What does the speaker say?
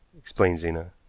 explained zena.